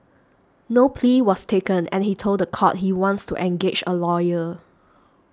no plea was taken and he told the court he wants to engage a lawyer